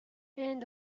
end